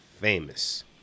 famous